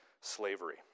slavery